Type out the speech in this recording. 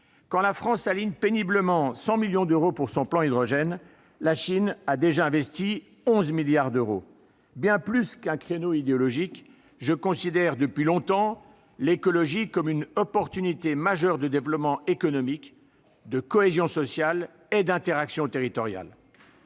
quand la France aligne péniblement 100 millions d'euros pour son plan hydrogène, la Chine a déjà investi 11 milliards d'euros ! Bien plus qu'un créneau idéologique, je considère depuis longtemps l'écologie comme une occasion majeure de développement économique, de cohésion sociale et d'interaction territoriale.